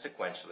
sequentially